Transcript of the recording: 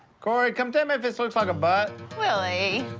korie, come tell me if this looks like a butt. willie!